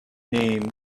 name